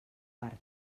per